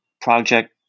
project